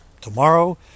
tomorrow